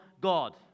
God